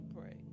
pray